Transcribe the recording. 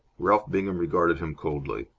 ralph bingham regarded him coldly.